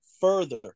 further